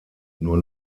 nur